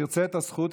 ירצה את הזכות,